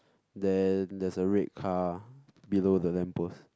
there there's a red car below the lamp post